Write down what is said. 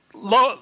Low